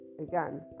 again